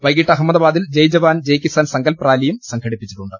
വൈകിട്ട് അഹമ്മദാബാദിൽ ജയ് ജവാൻ ജയ് കിസാൻ സങ്കൽപറാലിയും സംഘടിപ്പിച്ചിട്ടുണ്ട്